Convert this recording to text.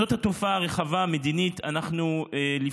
זאת תופעה מדינית רחבה.